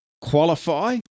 Qualify